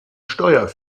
steuer